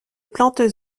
plantes